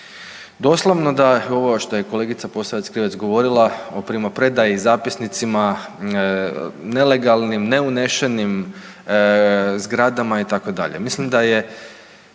Doslovno da ovo što je kolegica Posavec Krivec govorila o primopredaji zapisnicima, nelegalnim, neunešenim zgradama itd.